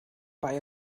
bei